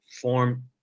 form